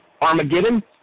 Armageddon